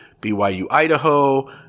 BYU-Idaho